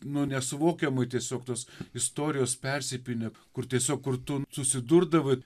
nu nesuvokiamai tiesiog tos istorijos persipynė kur tiesiog kur tu susidurdavai